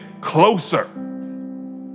closer